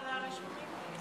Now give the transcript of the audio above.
של הרשומים?